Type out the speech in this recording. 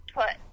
put